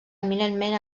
eminentment